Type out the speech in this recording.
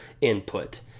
input